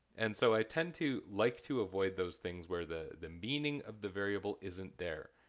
and so i tend to like to avoid those things where the, the meaning of the variable isn't there.